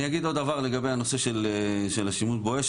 אני אגיד עוד דבר לגבי הנושא של השימוש ב"בואש".